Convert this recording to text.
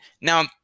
Now